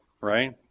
right